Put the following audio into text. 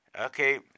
Okay